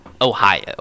Ohio